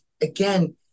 again